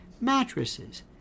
mattresses